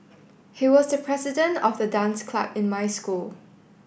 he was the president of the dance club in my school